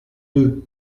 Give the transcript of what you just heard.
deux